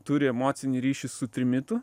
turi emocinį ryšį su trimitu